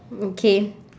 okay